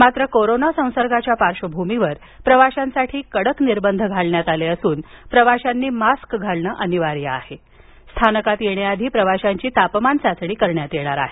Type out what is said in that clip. मात्र कोरोना संसर्गाच्या पार्श्वभूमीवर प्रवाशांसाठी कडक निर्बंध घालण्यात आले असून प्रवाशांनी मास्क घालण अनिवार्य आहे तसंच स्थानकात येण्याआधी प्रवाशांची तापमान चाचणी करण्यात येणार आहे